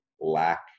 lack